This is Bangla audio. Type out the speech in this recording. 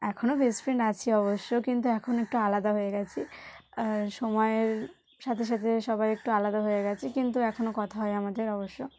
এখনও বেস্ট ফ্রেন্ড আছি অবশ্য কিন্তু এখন একটু আলাদা হয়ে গিয়েছি সময়ের সাথে সাথে সবাই একটু আলাদা হয়ে গিয়েছে কিন্তু এখনও কথা হয় আমাদের অবশ্য